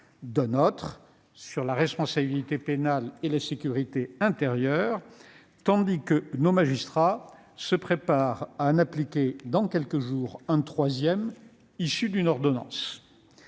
un autre texte, sur la responsabilité pénale et la sécurité intérieure, tandis que nos magistrats se préparent à en appliquer dans quelques jours un troisième, issu d'une ordonnance